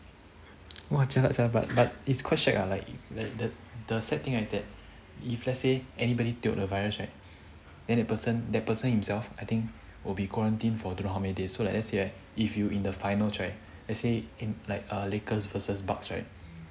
!wah! jialat sia but but it's quite shag ah like that that the sad thing is that if let's say anybody tio the virus right then the person that person himself I think will be quarantined for don't know how many days so like let's say right if you in the finals right let's say like a lakers vs bucks right